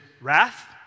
wrath